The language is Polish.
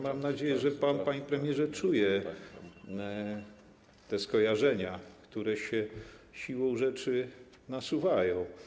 Mam nadzieję, że pan, panie premierze, czuje te skojarzenia, które się siłą rzeczy nasuwają.